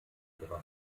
ihrer